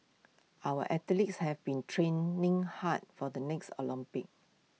our athletes have been training hard for the next Olympics